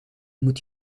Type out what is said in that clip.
moet